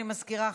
אני מזכירה,